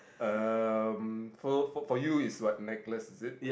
um for for you is what necklace is is it